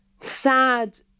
sad